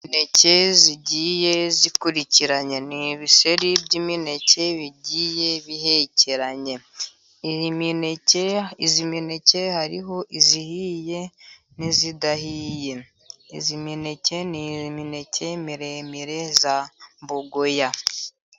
Imineke igiye ikurikiranye, ni ibiseri by'imineke bigiye bihekeranye. Iyi mineke hariho ihiye n'idahiye, iyi mineke ni imineke miremire ya mbogoya.